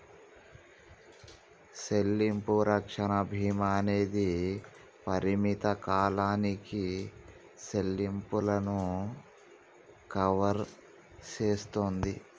సెల్లింపు రక్షణ భీమా అనేది పరిమిత కాలానికి సెల్లింపులను కవర్ సేస్తుంది